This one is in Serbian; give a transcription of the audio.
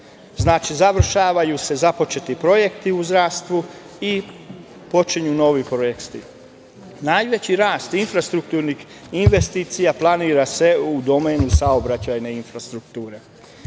Znači, završavaju se započeti projekti u zdravstvu i počinju novi projekti. Najveći rast infrastrukturnih investicija planira se u domenu saobraćajne infrastrukture.